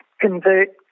convert